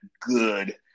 good